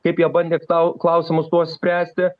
kaip jie bandė ktau klausimus tuos spręsti